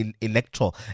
electoral